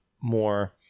more